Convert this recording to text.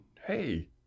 hey